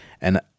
And-